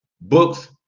Books